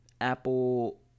Apple